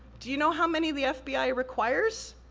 do you know how many the fbi requires,